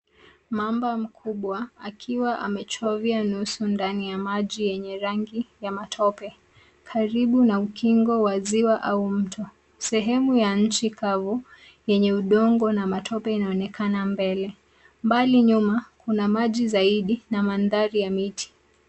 Mamba mkubwa akiwa amechovya nusu ndani ya maji yenye rangi ya matope karibu na ukingo wa ziwa au mto sehemu ya nchi kavu yenye udongo na matope inaonekana mbele. Mbali nyuma kuna maji zaidi na mandhari ya miti.